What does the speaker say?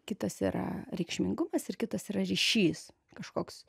kitas yra reikšmingumas ir kitas yra ryšys kažkoks